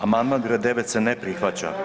Amandman br. 9 se ne prihvaća.